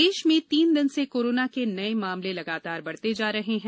corona प्रदेश प्रदेश में तीन दिन से कोरोना के नये मामले लगातार बढ़ते जा रहे हैं